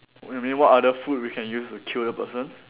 you mean what other food we can use to kill the person